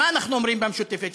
מה אנחנו אומרים במשותפת?